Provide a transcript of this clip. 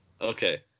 Okay